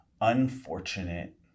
unfortunate